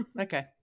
Okay